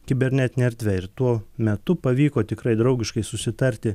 kibernetine erdve ir tuo metu pavyko tikrai draugiškai susitarti